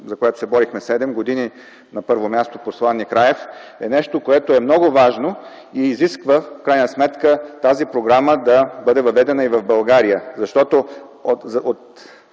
за която се борихме седем години, на първо място посланик Раев, е нещо, което е много важно и изисква в крайна сметка тази програма да бъде въведена и в България. Защото